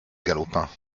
galopin